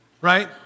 right